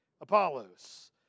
Apollos